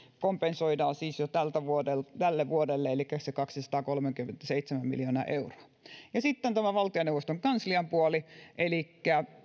kompensoidaan siis jo tälle vuodelle elikkä se kaksisataakolmekymmentäseitsemän miljoonaa euroa ja sitten tämä valtioneuvoston kanslian puoli elikkä